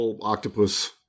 octopus